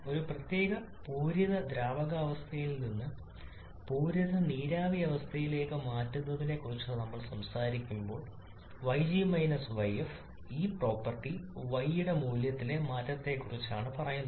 ഒരു പ്രത്യേക പൂരിത ദ്രാവകാവസ്ഥയിൽ നിന്ന് പൂരിത നീരാവി അവസ്ഥയിലേക്ക് മാറ്റുന്നതിനെക്കുറിച്ച് നമ്മൾ സംസാരിക്കുമ്പോൾ yg yf ഈ പ്രോപ്പർട്ടി y യുടെ മൂല്യത്തിലെ മാറ്റത്തെക്കുറിച്ച് പറയുക